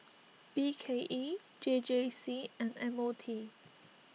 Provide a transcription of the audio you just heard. B K E J J C and M O T